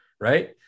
Right